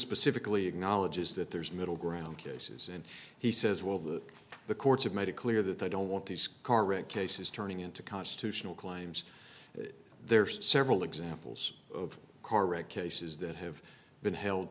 specifically acknowledges that there's middle ground cases and he says well that the courts have made it clear that they don't want these cases turning into constitutional claims there are several examples of car wreck cases that have been held